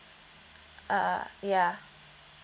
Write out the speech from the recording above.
uh ya